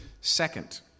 Second